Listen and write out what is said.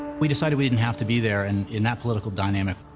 we decided we didn't have to be there and in that political dynamic.